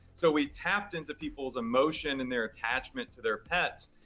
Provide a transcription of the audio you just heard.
so we've tapped into people's emotion and their attachment to their pets,